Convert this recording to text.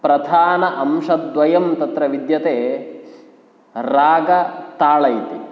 प्रधान अंशद्वयं तत्र विद्यते राग ताळ इति